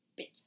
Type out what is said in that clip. bitch